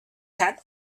head